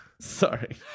Sorry